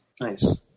Nice